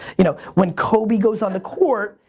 you know, when kobe goes on the court,